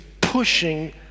pushing